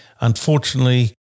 Unfortunately